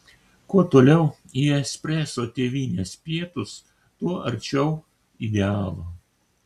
kuo toliau į espreso tėvynės pietus tuo arčiau idealo